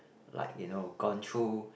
like you know gone through